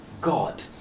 God